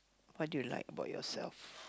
what do you like about yourself